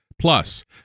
Plus